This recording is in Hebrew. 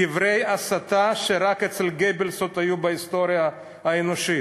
דברי הסתה שרק אצל גבלס עוד היו בהיסטוריה האנושית.